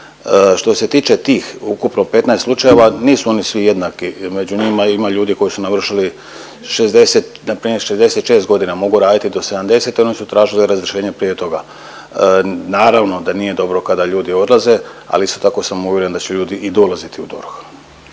Što se tiče tih ukupno 15 slučajeva nisu oni svi jednaki i među njima ima ljudi koji su navršili 60 npr. 66 godina mogu raditi do 70 i oni su tražili razrješenje prije toga. Naravno da nije dobro kada ljudi odlaze, ali isto tako sam uvjeren da će ljudi i dolaziti u DORH.